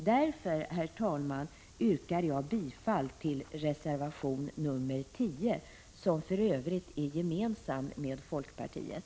Därför, herr talman, yrkar jag bifall till reservation nr 9, som vi för övrigt har avgett tillsammans med folkpartiet.